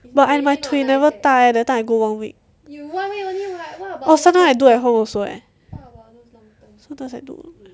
but I my 腿 never 大 eh that time I go one week or sometimes I do at home also eh sometimes I do